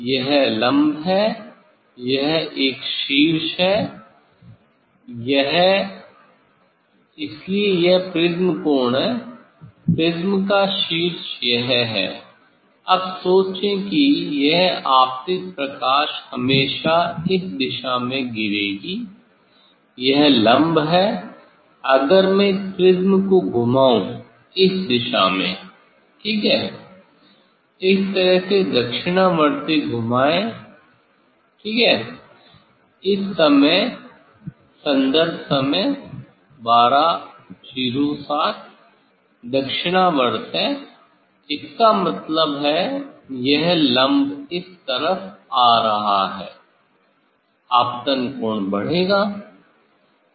यह लम्ब है यह एक शीर्ष है यह इसलिए यह प्रिज्म कोण है प्रिज्म का शीर्ष यह है अब सोचें कि यह आपतित प्रकाश हमेशा इस दिशा में गिरेगी यह लम्ब है अगर मैं इस प्रिज्म को घुमाऊं इस दिशा में ठीक है इस तरह से दक्षिणावर्त घुमाएं ठीक है इस समय दक्षिणावर्त है इसका मतलब है यह लम्ब इस तरफ आ रहा है आपतन कोण बढ़ेगा